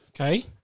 Okay